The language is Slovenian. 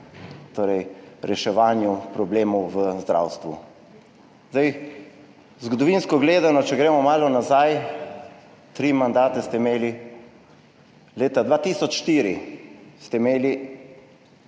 torej reševanju problemov v zdravstvu. Zdaj, zgodovinsko gledano, če gremo malo nazaj, tri mandate ste imeli. Leta 2004 ste imeli